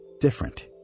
different